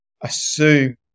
assume